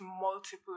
multiple